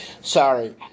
Sorry